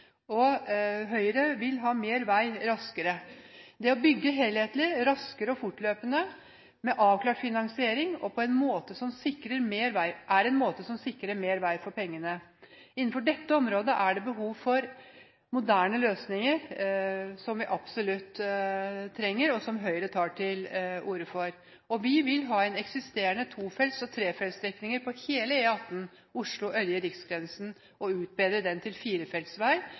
dyrt. Høyre vil ha mer vei raskere! Det å bygge helhetlig, raskere, fortløpende og med avklart finansiering sikrer mer vei for pengene. Innenfor dette området er det behov for moderne løsninger, som vi absolutt trenger, og som Høyre tar til orde for. Vi vil at eksisterende tofelts og trefelts strekninger på hele E18 Oslo–Ørje/Riksgrensen utbedres til firefeltsvei